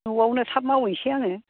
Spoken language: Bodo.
न'आवनो थाब मावहैनोसै आङो